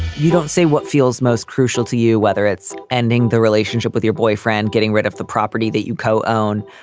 you don't see what feels most crucial to you, whether it's ending the relationship with your boyfriend, getting rid of the property that you co-own,